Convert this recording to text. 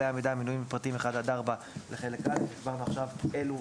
המידע המנויים בפרטים 1 עד 4 לחלק א': דיברנו עכשיו על אילו